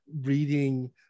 reading